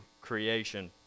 creation